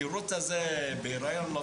התירוץ של חופשת לידה הוא לא